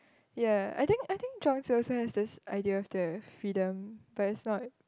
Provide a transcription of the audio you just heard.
ya I think I think John's also has this idea of the freedom but it's not